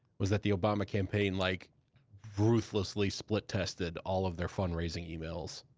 was that the obama campaign like ruthlessly split tested all of their fundraising emails.